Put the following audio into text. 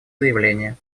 заявления